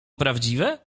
prawdziwe